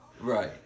Right